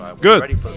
Good